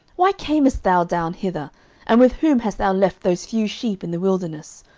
why camest thou down hither and with whom hast thou left those few sheep in the wilderness?